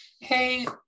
hey